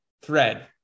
thread